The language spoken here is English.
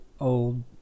old